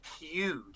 huge